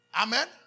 Amen